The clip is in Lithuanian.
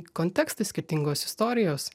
kontekstai skirtingos istorijos